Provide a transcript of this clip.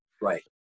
Right